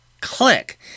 click